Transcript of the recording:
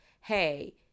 Hey